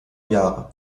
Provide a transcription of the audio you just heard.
jahre